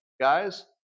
Guys